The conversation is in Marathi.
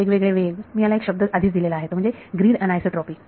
वेगवेगळे वेग मी याला एक शब्द आधीच दिलेला आहे तो म्हणजे ग्रीड अन्आयसोट्रॉपी